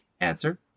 Answer